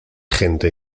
gente